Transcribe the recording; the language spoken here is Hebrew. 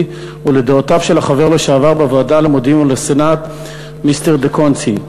ולדעותיו של החבר לשעבר בוועדה למודיעין ולסנאט מיסטר דה-קונסיני,